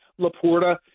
LaPorta